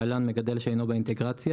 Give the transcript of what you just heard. להלן: מגדל שאינו באינטגרציה,